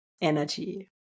energy